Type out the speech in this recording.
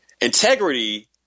integrity